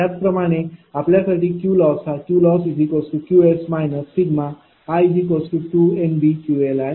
त्याचप्रमाणे आपल्यासाठी Qloss हा QlossQs i2NBQLi आहे